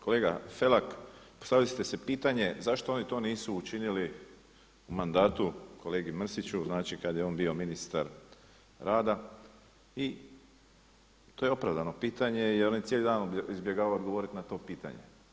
Kolega Felak, postavili ste si pitanje zašto oni to nisu učinili u mandatu kolegi Mrsiću, znači kada je on bio ministar rada i to je opravdano pitanje i on cijeli dan izbjegava odgovoriti na to pitanje.